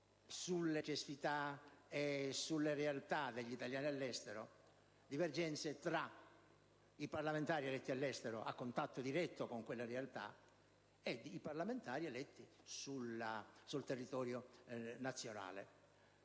sulle necessità degli italiani all'estero, divergenze tra i parlamentari eletti all'estero, a contatto diretto con quelle realtà, e i parlamentari eletti sul territorio nazionale.